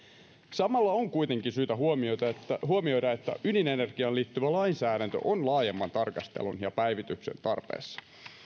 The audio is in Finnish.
samalla on kuitenkin syytä huomioida että ydinenergiaan liittyvä lainsäädäntö on laajemman tarkastelun ja päivityksen tarpeessa